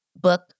book